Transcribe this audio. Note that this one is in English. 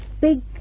big